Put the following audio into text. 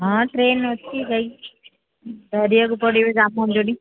ହଁ ଟ୍ରେନ୍ ଅଛି ସେଇ ଧରିବାକୁ ପଡ଼ିବ ଜାମଞ୍ଜଲି